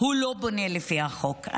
לא בונה לפי החוק,